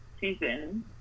season